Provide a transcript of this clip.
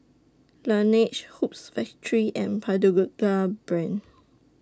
Laneige Hoops Factory and Pagoda Brand